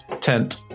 tent